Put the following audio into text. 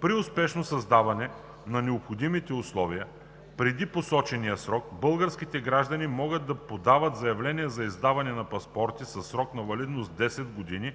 При успешно създаване на необходимите условия преди посочения срок българските граждани могат да подават заявления за издаване на паспорти със срок на валидност 10 години